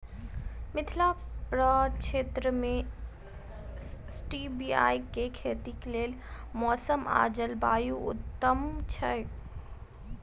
मिथिला प्रक्षेत्र मे स्टीबिया केँ खेतीक लेल मौसम आ जलवायु उत्तम छै?